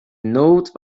note